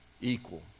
equal